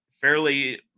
fairly